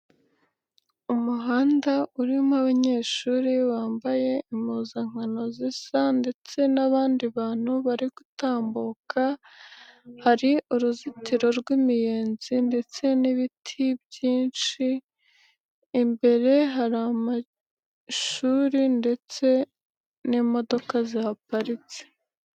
Umuhanda urimo abanyeshuri bambaye impuzankano zisa ndetse n'abandi bantu bari gutambuka, hari uruzitiro rw'imiyenzi ndetse n'ibiti byinshi, imbere hari amashuri ndetse n'imodoka zihaparitse.